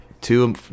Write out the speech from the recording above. two